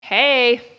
Hey